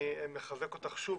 אני מחזק אותך שוב,